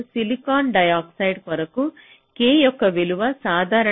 మరియు silicon dioxide కొరకు k యొక్క విలువ సాధారణంగా 3